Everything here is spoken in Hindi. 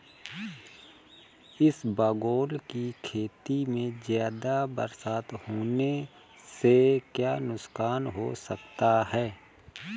इसबगोल की खेती में ज़्यादा बरसात होने से क्या नुकसान हो सकता है?